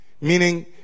meaning